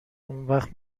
اونوقت